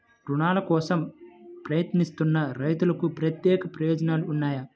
రుణాల కోసం ప్రయత్నిస్తున్న రైతులకు ప్రత్యేక ప్రయోజనాలు ఉన్నాయా?